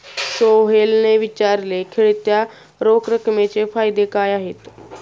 सोहेलने विचारले, खेळत्या रोख रकमेचे फायदे काय आहेत?